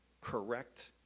correct